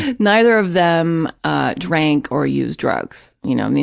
ah neither of them ah drank or used drugs. you know, i mean,